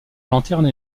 lanterne